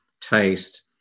taste